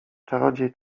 czarodziej